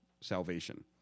salvation